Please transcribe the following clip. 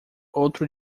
outro